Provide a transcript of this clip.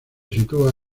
sitúa